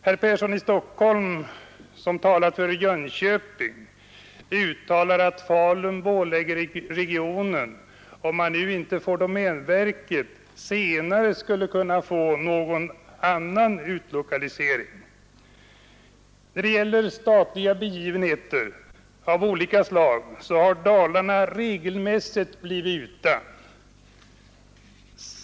Herr Persson i Stockholm, som pläderar för Jönköping, uttalar att Falun-Borlängeregionen, om den nu inte får domänverket, senare skulle kunna få någon annan utlokalisering. När det gäller statliga verksamheter av olika slag har Dalarna regelmässigt blivit utan.